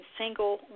single